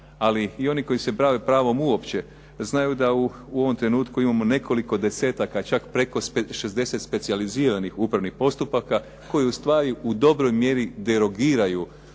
ali i oni koji se bave pravom uopće znaju da u ovom trenutku imamo nekoliko desetaka, čak preko 60 specijaliziranih upravnih postupaka koji u stvari u dobroj mjeri derogiraju